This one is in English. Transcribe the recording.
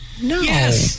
No